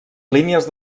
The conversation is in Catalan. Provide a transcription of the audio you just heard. línies